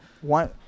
One